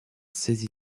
saisi